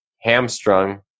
hamstrung